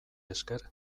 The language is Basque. esker